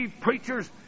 preachers